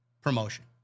promotion